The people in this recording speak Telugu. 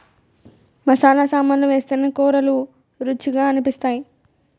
మసాలా సామాన్లు వేస్తేనే కూరలు రుచిగా అనిపిస్తాయి